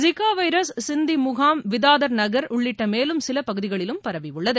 Zika virus Sindhi முகாம் விதாதர் நகர் உள்ளிட்ட மேலும் சில பகுதிகளிலும் பரவியுள்ளது